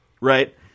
right